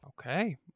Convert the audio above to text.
Okay